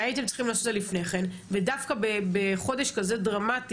ההייתם צריכים לעשות את זה לפני כן ודווקא בחודש כזה דרמטי,